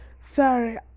Sorry